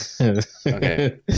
Okay